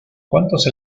cuantos